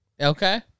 Okay